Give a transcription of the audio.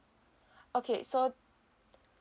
okay so